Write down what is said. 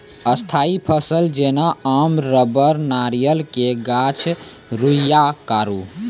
स्थायी फसल जेना आम रबड़ नारियल के गाछ रुइया आरु